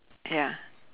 ya